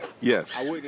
Yes